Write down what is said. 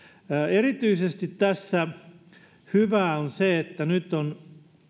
hyvää tässä on erityisesti se että nyt on